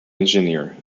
engineer